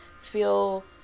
Feel